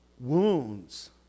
wounds